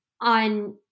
on